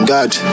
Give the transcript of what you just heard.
God